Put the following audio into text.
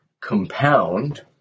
compound